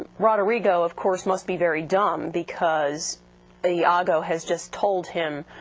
roderigo of course must be very dumb, because iago has just told him,